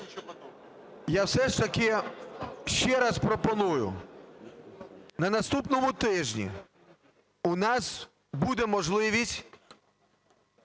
я все ж таки ще раз пропоную. На наступному тижні у нас буде можливість,